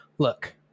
Look